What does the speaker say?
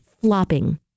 flopping